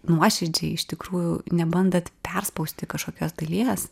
nuoširdžiai iš tikrųjų nebandant perspausti kažkokios dalies